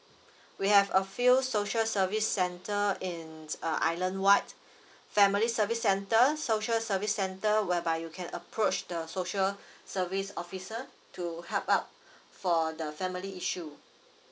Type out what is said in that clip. we have a few social service center in uh islandwide family service center social service center whereby you can approach the social service officer to help out for the family issue